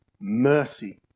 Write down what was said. mercy